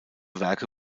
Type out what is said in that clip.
werke